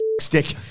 stick